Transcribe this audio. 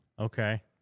Okay